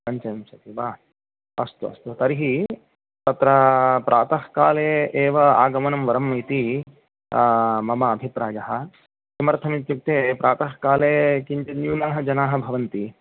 पञ्चविंशतिः वा अस्तु अस्तु तर्हि तत्र प्रातः काले एव आगमनं वरम् इति मम अभिप्रायः किमर्थमित्युक्ते प्रातः काले किञ्चित् न्यूनाः जनाः भवन्ति